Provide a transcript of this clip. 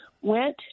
went